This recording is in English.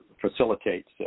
facilitates